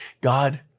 God